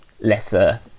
lesser